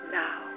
now